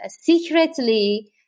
secretly